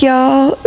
y'all